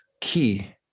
key